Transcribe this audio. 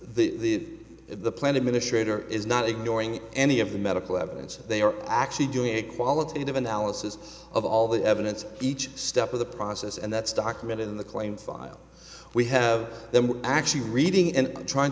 the the plan administrator is not ignoring any of the medical evidence and they are actually doing a qualitative analysis of all the evidence each step of the process and that's documented in the claim file we have then we're actually reading and trying